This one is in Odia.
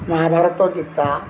ମହାଭାରତ ଗୀତା